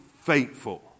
faithful